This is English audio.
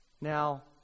Now